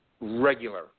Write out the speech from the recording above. regular